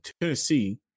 Tennessee